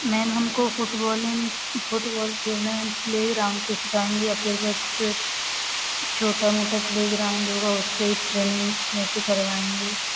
ma'am हमको footballing football खेलना and playground पर सिखाएँगी अवेलेबल छोटा मोटा प्लेग्राउंड होगा उस पर ही ट्रेनिंग कैसे करवाएँगी